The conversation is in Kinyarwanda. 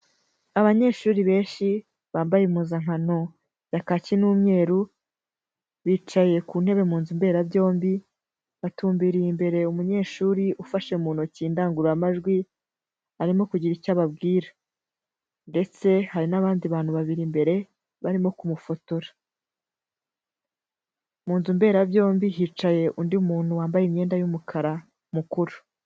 Abanyeshuri benshi bambaye impuzankano ya kaki n'umweru, bicaye ku ntebe mu nzu mberabyombi, batumbiriye imbere umunyeshuri ufashe mu ntoki indangururamajwi, arimo kugira icyo ababwira, ndetse hari n'abandi bantu babiri imbere barimo kumufotora, mu nzu mberabyombi hicaye undi muntu wambaye imyenda y'umukara mukuru.